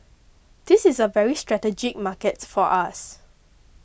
this is a very strategic market for us